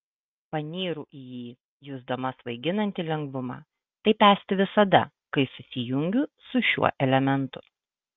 panyru į jį jusdama svaiginantį lengvumą taip esti visada kai susijungiu su šiuo elementu